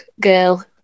girl